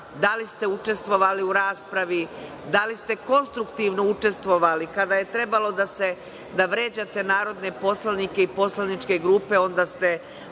da li ste učestvovali u raspravi, da li ste konstruktivno učestvovali. Kada je trebalo da vređate narodne poslanike i poslaničke grupe, onda ste